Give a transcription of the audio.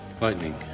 Lightning